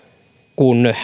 kun